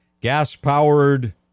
gas-powered